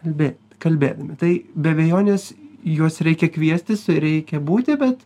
kalbėt kalbėt tai be abejonės juos reikia kviestis reikia būti bet